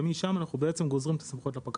ומשם אנחנו בעצם גוזרים את הסמכויות לפקחים,